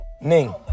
Ning